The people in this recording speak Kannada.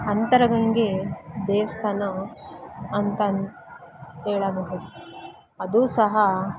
ಅಂತರಗಂಗೆ ದೇವಸ್ಥಾನ ಅಂತನು ಹೇಳಬಹುದು ಅದೂ ಸಹ